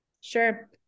Sure